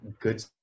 good